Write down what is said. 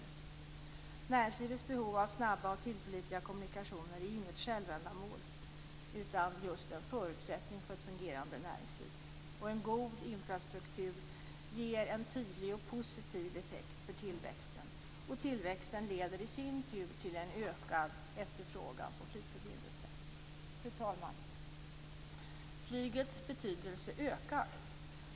Näringslivets behov av snabba och tillförlitliga kommunikationer är inget självändamål utan just en förutsättning för ett fungerande näringsliv. En god infrastruktur ger en tydlig och positiv effekt för tillväxten. Tillväxten leder i sin tur till en ökad efterfrågan på flygförbindelser. Fru talman! Flygets betydelse ökar.